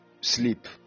sleep